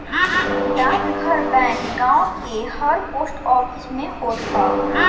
डाकघर बैंक गांव के हर पोस्ट ऑफिस में होत हअ